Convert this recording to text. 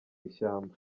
ishyamba